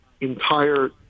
entire